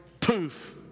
Poof